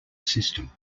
system